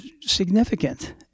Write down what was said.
significant